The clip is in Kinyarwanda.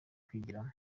kwigiramo